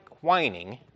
whining